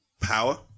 Power